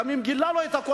גם אם גילה לו את הכול,